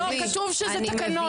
לא, כתוב שזה תקנון.